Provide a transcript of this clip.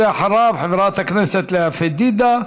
אחריו, חברת הכנסת לאה פדידה,